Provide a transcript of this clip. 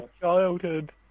childhood